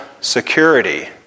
security